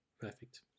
Perfect